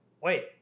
Wait